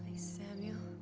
samuel,